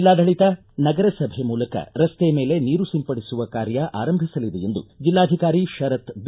ಜಿಲ್ಲಾಡಳಿತ ನಗರಸಭೆ ಮೂಲಕ ರಸ್ತೆ ಮೇಲೆ ನೀರು ಸಿಂಪಡಿಸುವ ಕಾರ್ಯ ಆರಂಭಿಸಲಿದೆ ಎಂದು ಜಿಲ್ಲಾಧಿಕಾರಿ ಶರತ್ ಬಿ